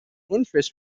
interest